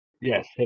Yes